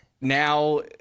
now